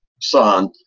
son